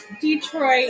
Detroit